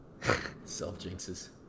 Self-jinxes